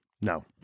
no